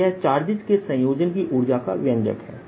तो यह चार्जेस के संयोजन की ऊर्जा का व्यंजक है